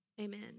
Amen